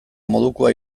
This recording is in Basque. modukoa